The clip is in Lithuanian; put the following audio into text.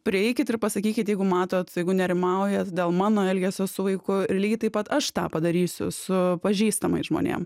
prieikit ir pasakykit jeigu matot jeigu nerimaujat dėl mano elgesio su vaiku lygiai taip pat aš tą padarysiu su pažįstamais žmonėm